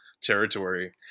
territory